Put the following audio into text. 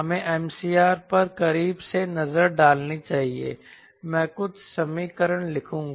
हमें MCR पर करीब से नजर डालनी चाहिए मैं कुछ समीकरण लिखूंगा